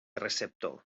receptor